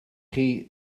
chi